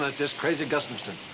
ah just crazy gustavson.